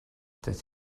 that